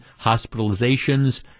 hospitalizations